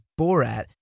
Borat